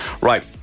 right